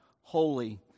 holy